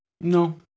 No